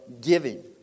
giving